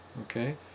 Okay